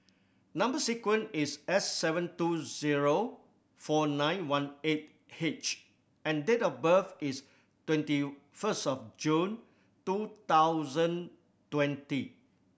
number sequence is S seven two zero four nine one eight H and date of birth is twenty first of June two thousand twenty